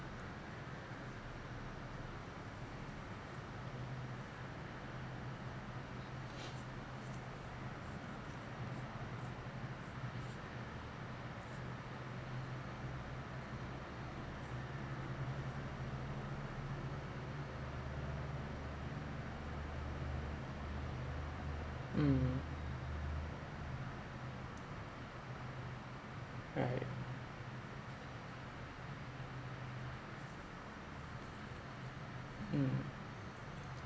mm right mm